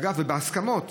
ובהסכמות,